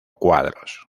cuadros